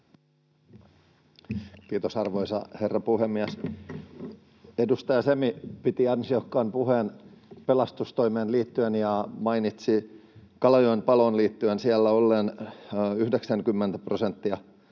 Kiitos, arvoisa herra puhemies! Edustaja Semi piti ansiokkaan puheen pelastustoimeen liittyen ja mainitsi Kalajoen paloon liittyen siellä olleen 90 prosenttia